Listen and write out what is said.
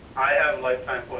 i have lifetime